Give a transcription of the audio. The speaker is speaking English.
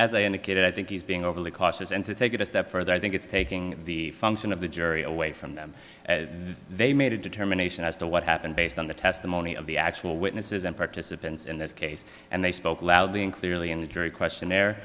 indicated i think he's being overly cautious and to take it a step further i think it's taking the function of the jury away from them they made a determination as to what happened based on the testimony of the actual witnesses and participants in this case and they spoke loudly and clearly in the jury questionnaire